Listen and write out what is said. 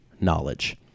knowledge